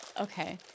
okay